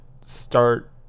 start